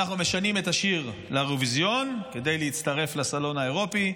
אנחנו משנים את השיר לאירוויזיון כדי להצטרף לסלון האירופי,